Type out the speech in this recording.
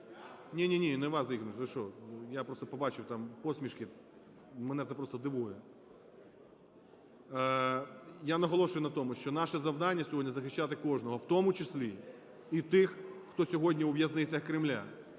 Ні-ні, не вас, Ігор Михайлович, ви що? Я просто побачив там посмішки, мене це просто дивує. Я наголошую на тому, що наше завдання сьогодні – захищати кожного, в тому числі і тих, хто сьогодні у в'язницях Кремля.